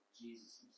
Jesus